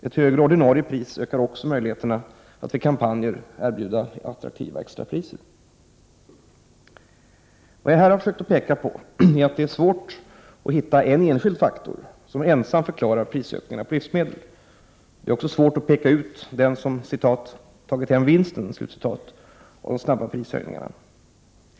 Ett högre ordinarie pris ökar också möjligheterna att vid kampanjer erbjuda attraktivare extrapriser. Vad jag här försökt peka på är att det är svårt att hitta en enskild faktor som ensam förklarar prisökningarna på livsmedel. Det är också svårt att peka ut den som ”tagit hem vinsten” av de snabba prishöjningarna.